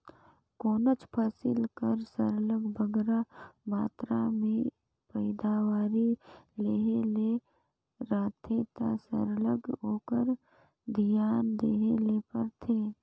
कोनोच फसिल कर सरलग बगरा मातरा में पएदावारी लेहे ले रहथे ता सरलग ओकर धियान देहे ले परथे